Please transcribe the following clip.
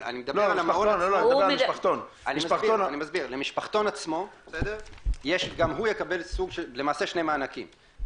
משפחתון עצמו גם הוא יקבל למעשה שני מענקים.